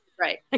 Right